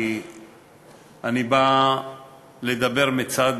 כי אני בא לדבר מצד